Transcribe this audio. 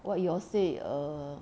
what you all say err